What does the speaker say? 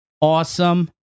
Awesome